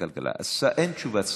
אין תשובת שר.